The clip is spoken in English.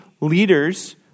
leaders